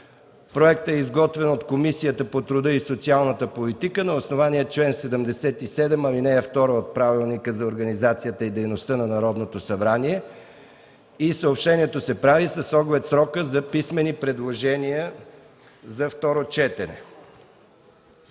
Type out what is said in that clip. Проектът е изготвен от Комисията по труда и социалната политика на основание чл. 77, ал. 2 от Правилника за организацията и дейността на Народното събрание. Съобщението се прави с оглед срока за писмени предложения за второ четене.